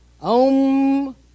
om